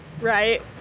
right